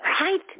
Right